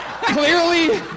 Clearly